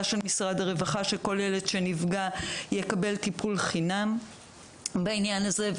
של משרד הרווחה שכוללת שנפגע יקבל טיפול חינם בעניין הזה.